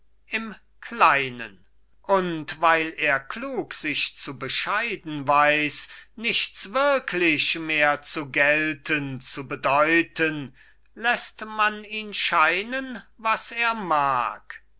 im kleinen und weil er klug sich zu bescheiden weiß nichts wirklich mehr zu gelten zu bedeuten läßt man ihn scheinen was er mag